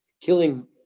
killing